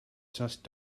just